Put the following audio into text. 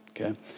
okay